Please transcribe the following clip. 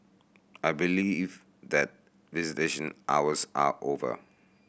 I believe that visitation hours are over